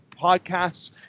Podcasts